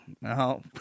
No